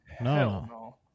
No